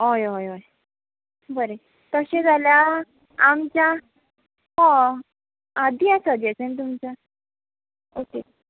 हय हय हय बरें तशें जाल्या आमच्या हय दिया सजेशन तुमचे ओके